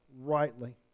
rightly